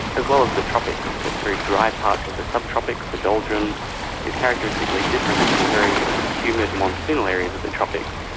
as well as the tropics, the very dry parts of the subtropics, the doldrums is characteristically different from the very humid monsoonal areas of the tropics.